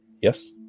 Yes